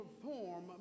perform